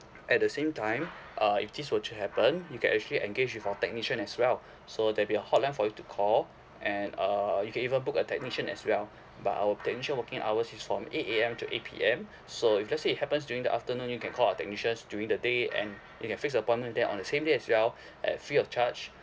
at the same time uh if this would to happen you can actually engage with our technician as well so there'll be a hotline for you to call and uh you can even book a technician as well but our technician working hours is from eight A_M to eight P_M so if let's say it happens during the afternoon you can call our technicians during the day and you can fix appointment there on the same day as well at free of charge